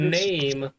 name